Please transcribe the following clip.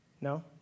No